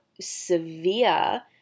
severe